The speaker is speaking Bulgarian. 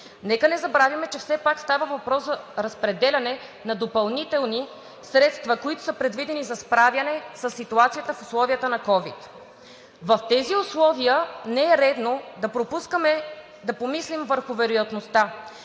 Нека не забравяме, че все пак става въпрос за разпределяне на допълнителни средства, които са предвидени за справяне със ситуацията в условията на ковид. В тези условия не е редно да пропускаме да помислим върху вероятността,